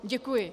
Děkuji.